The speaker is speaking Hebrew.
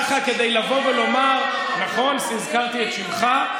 ככה כדי לבוא ולומר, נכון, הזכרתי את שמך.